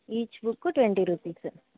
each book twenty rupees